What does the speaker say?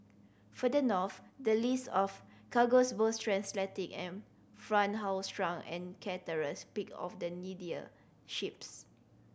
further north the list of cargoes both transatlantic and front haul shrunk and picked off the needier ships